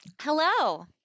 Hello